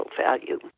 value